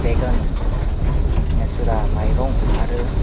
बेगोन नेसुरा माइरं आरो